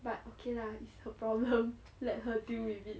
but okay lah it's her problem let her deal with it